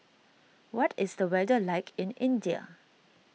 what is the weather like in India